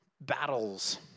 battles